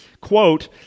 quote